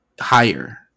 higher